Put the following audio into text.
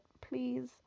Please